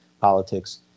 politics